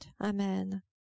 Amen